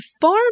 farm